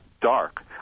dark